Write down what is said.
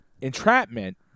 entrapment